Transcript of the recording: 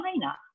China